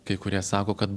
kai kurie sako kad